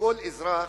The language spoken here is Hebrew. שכל אזרח